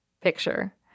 picture